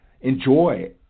enjoy